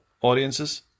audiences